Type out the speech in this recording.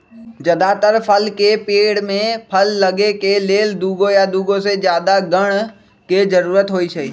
जदातर फल के पेड़ में फल लगे के लेल दुगो या दुगो से जादा गण के जरूरत होई छई